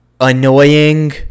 annoying